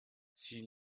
s’il